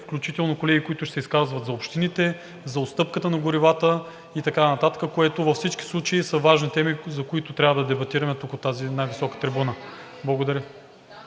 включително колеги, които ще се изказват за общините, за отстъпката на горивата и така нататък, които във всички случаи са важни теми, за които трябва да дебатираме от тази най-висока трибуна. Благодаря.